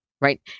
right